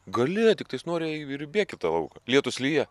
gali tiktais nori ir bėk į tą lauką lietus lyja